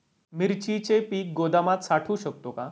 मिरचीचे पीक गोदामात साठवू शकतो का?